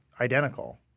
identical